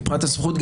מבחינת הסמכות,